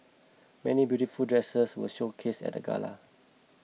many beautiful dresses were showcased at the gala